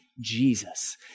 Jesus